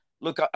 Look